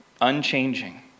unchanging